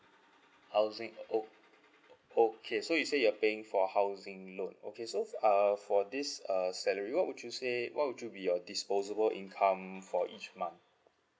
housing oh okay so you say you're paying for housing loan okay so uh for this uh salary what would you say what would you be your disposable income for each month